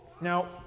Now